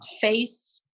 face